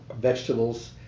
vegetables